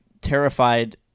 terrified